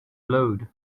load